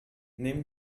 nehmen